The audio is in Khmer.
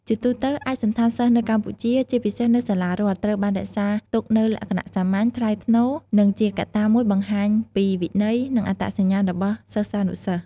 ជាទូទៅ ឯកសណ្ឋានសិស្សនៅកម្ពុជា ជាពិសេសនៅសាលារដ្ឋ ត្រូវបានរក្សាទុកនូវលក្ខណៈសាមញ្ញ ថ្លៃថ្នូរ និងជាកត្តាមួយបង្ហាញពីវិន័យ និងអត្តសញ្ញាណរបស់សិស្សានុសិស្ស។